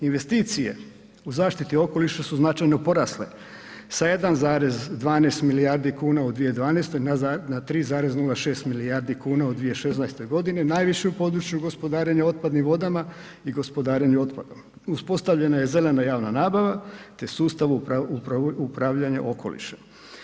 Investicije u zaštiti okoliša su značajno porasle sa 1,12 milijardi kuna u 2012. na 3,06 milijardi kuna u 2016.g., najviše u području gospodarenja otpadnim vodama i gospodarenju otpadom, uspostavljena je zelena javna nabava, te sustav upravljanja okolišem.